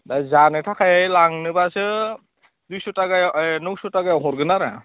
दा जानो थाखाय लांनोबासो दुइस' थाखा नौस' थाकायाव हरगोन आरो